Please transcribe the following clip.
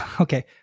Okay